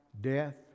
death